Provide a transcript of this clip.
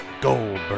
Goldberg